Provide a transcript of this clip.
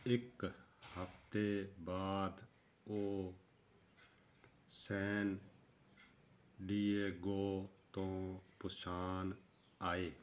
ਇੱਕ ਹਫ਼ਤੇ ਬਾਅਦ ਉਹ ਸੈਨ ਡਿਏਗੋ ਤੋਂ ਪੂਸਾਨ ਆਏ